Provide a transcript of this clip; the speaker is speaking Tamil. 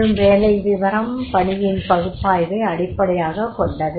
மற்றும் வேலை விவரம் பணியின் பகுப்பாய்வை அடிப்படையாகக் கொண்டது